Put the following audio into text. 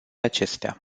acestea